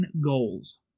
goals